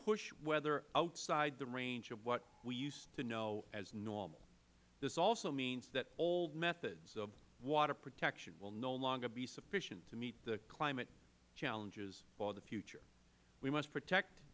push weather outside the range of what we used to know as normal this also means that old methods of water protection will no longer be sufficient to meet the climate challenges for the future we must protect